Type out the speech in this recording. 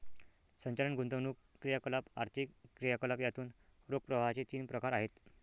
संचालन, गुंतवणूक क्रियाकलाप, आर्थिक क्रियाकलाप यातून रोख प्रवाहाचे तीन प्रकार आहेत